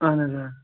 اَہَن حظ آ